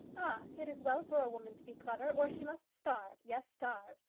ah, it is well for a woman to be clever, or she must starve yes, starve!